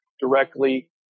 directly